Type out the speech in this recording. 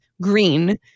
Green